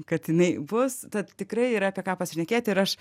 kad jinai bus tad tikrai yra apie ką pasišnekėt ir aš